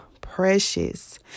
precious